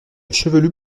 chevelu